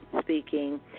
speaking